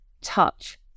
touch